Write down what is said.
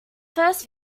first